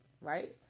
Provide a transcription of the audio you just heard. Right